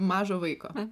mažo vaiko